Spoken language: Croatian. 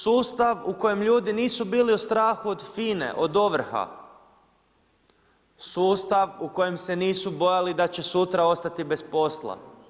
Sustav u kojem ljudi nisu bili u strahu od FINA-e, od ovrha, sustav u kojem se nisu bojali da će sutra ostati bez posla.